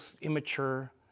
immature